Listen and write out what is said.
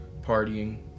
partying